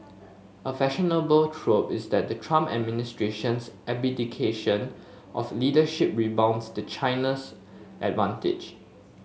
a fashionable trope is that the Trump administration's abdication of leadership rebounds to China's advantage